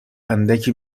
اندکی